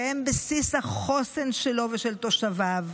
שהם בסיס החוסן שלו ושל תושביו.